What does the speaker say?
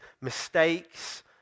mistakes